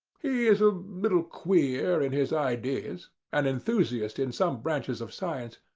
he is a little queer in his ideas an enthusiast in some branches of science.